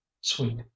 sweet